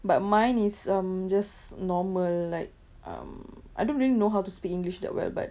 but mine is um just normal like um I don't really know how to speak english that well but